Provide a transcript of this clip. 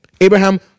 Abraham